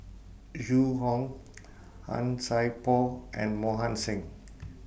Zhu Hong Han Sai Por and Mohan Singh